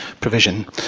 provision